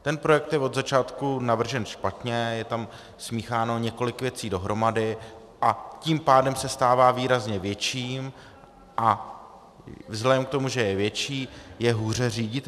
Ten projekt je od začátku navržen špatně, je tam smícháno několik věcí dohromady, a tím pádem se stává výrazně větším a vzhledem k tomu, že je větší, je hůře řiditelný.